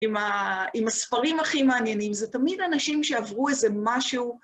עם הספרים הכי מעניינים, זה תמיד אנשים שעברו איזה משהו...